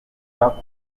kwa